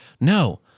No